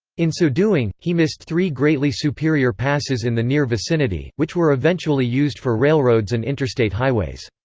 in so doing, he missed three greatly superior passes in the near vicinity, which were eventually used for railroads and interstate highways.